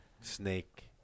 snake